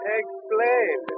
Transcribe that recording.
explain